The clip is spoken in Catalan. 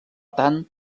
tant